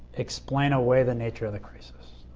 explain away the nature of the crisis.